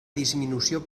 disminució